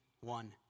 one